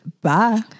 bye